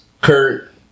Kurt